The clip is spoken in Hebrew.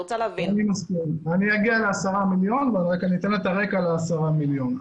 אני אגיע ל-10 מיליון אבל אני אתן את הרקע ל-10 מיליון השקלים.